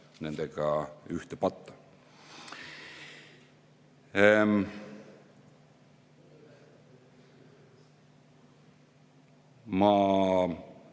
nendega ühte patta.